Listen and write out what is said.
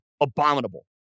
abominable